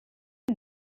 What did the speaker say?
die